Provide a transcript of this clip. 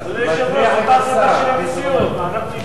אדוני